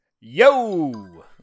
Yo